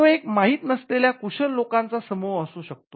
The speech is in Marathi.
तो एक माहित नसलेल्या कुशल लोकांचा समूह असू शकतो